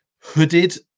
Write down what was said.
hooded